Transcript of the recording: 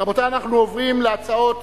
רבותי, אנחנו עוברים להצעות האי-אמון,